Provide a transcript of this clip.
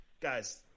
Guys